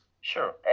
Sure